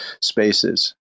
spaces